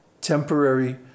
temporary